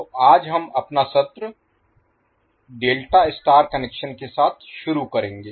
तो आज हम अपना सत्र डेल्टा स्टार कनेक्शन के साथ शुरू करेंगे